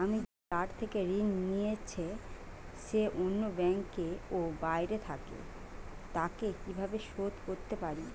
আমি যার থেকে ঋণ নিয়েছে সে অন্য ব্যাংকে ও বাইরে থাকে, তাকে কীভাবে শোধ করতে পারি?